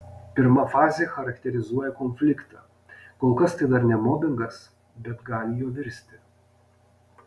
pirma fazė charakterizuoja konfliktą kol kas tai dar ne mobingas bet gali juo virsti